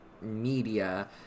media